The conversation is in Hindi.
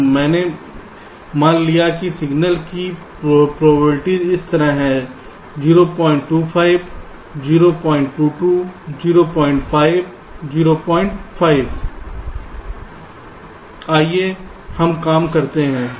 तो मैंने मान लिया है कि सिग्नल की प्रोबबिलिटीज़ इस तरह हैं 02 02 05 05 आइए हम काम करते हैं